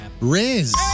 Riz